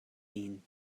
vin